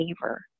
favor